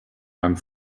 meinem